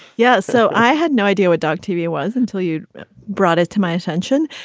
yes. so i had no idea a dog tv was until you brought it to my attention.